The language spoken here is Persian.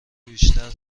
بیشتر